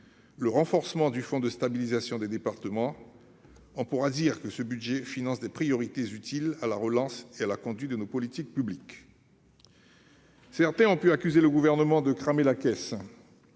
le renforcement du fonds de stabilisation des départements, on peut dire que ce budget finance des priorités utiles à la relance et à la conduite de nos politiques publiques. Certains ont pu accuser le Gouvernement de « cramer la caisse